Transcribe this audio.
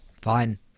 fine